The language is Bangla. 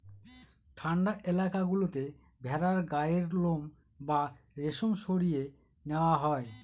ঠান্ডা এলাকা গুলোতে ভেড়ার গায়ের লোম বা রেশম সরিয়ে নেওয়া হয়